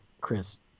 Chris